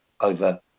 over